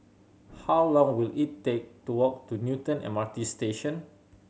how long will it take to walk to Newton M R T Station